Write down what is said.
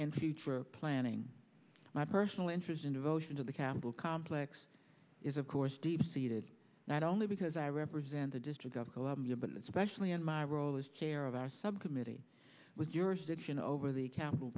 for planning my personal interest in devotion to the capitol complex is of course deep seated not only because i represent the district of columbia but specially in my role as chair of our subcommittee with your over the capital